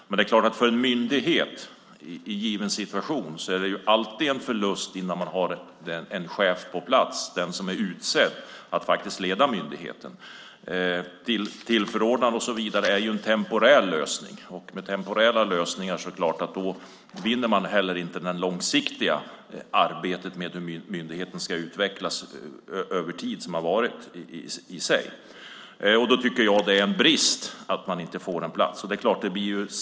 Men det är klart att för en myndighet i given situation är det alltid en förlust att inte ha en chef på plats utsedd att faktiskt leda myndigheten. En tillförordnad chef är ju en temporär lösning, och med temporära lösningar vinner man inte det långsiktiga arbetet med hur myndigheten ska utvecklas över tid. Därför tycker jag att det är en brist att platsen inte är tillsatt.